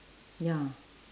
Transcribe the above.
ya